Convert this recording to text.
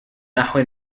نحو